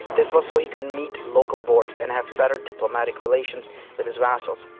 this was so he could meet local lords and have better diplomatic relations with his vassals.